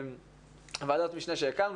ועדות משנה שהקמנו,